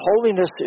Holiness